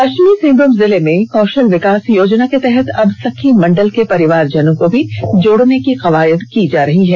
पश्चिमी सिंहभूम जिले में कौशल विकास योजना के तहत अब सखी मंडल के परिवारजनों को भी जोड़ने की कवायद की जा रही है